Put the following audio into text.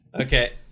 Okay